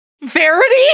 Verity